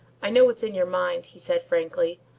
i know what's in your mind, he said frankly,